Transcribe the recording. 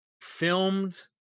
filmed